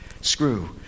screw